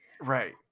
Right